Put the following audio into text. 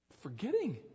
forgetting